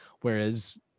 whereas